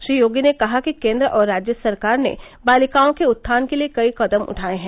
श्री योगी ने कहा कि केंद्र और राज्य सरकार ने बालिकाओं के उत्थान के लिए कई कदम उठाये हैं